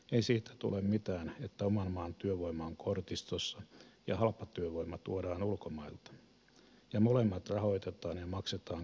ei siitä tule mitään että oman maan työvoima on kortistossa ja halpatyövoima tuodaan ulkomailta ja molemmat rahoitetaan ja maksetaan kansainvälisellä velkapääomalla